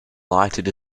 lighted